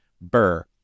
burr